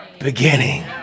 beginning